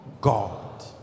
God